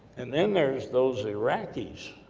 and then there's those iraqis,